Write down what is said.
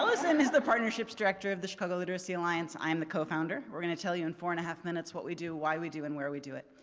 is the partnerships director of the chicago literacy alliance, i'm the co-founder. we're going to tell you in four and a half minutes what we do, why we do and where we do it.